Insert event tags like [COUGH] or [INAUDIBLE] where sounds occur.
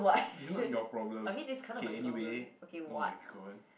it's not your problem okay anyway oh-my-god [BREATH]